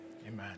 amen